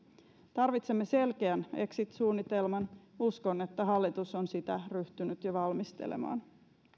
tarvitsemme selkeän exit suunnitelman uskon että hallitus on sitä ryhtynyt jo valmistelemaan